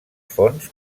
fons